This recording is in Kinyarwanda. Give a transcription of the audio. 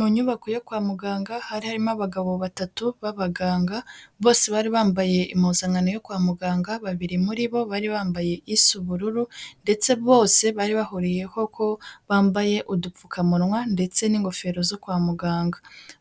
Mu nyubako yo kwa muganga, hari harimo abagabo batatu b'abaganga, bose bari bambaye impuzankano yo kwa muganga, babiri muri bo bari bambaye isa ubururu, ndetse bose bari bahuriyeho ko bambaye udupfukamunwa, ndetse n'ingofero zo kwa muganga.